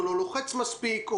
או לא לוחץ מספיק,